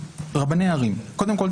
רבני ערים קודם כול,